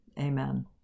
Amen